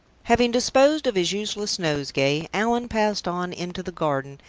having disposed of his useless nosegay, allan passed on into the garden,